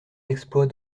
exploits